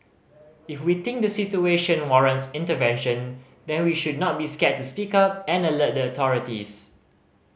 if we think the situation warrants intervention then we should not be scared to speak up and alert the authorities